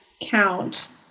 count